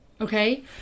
Okay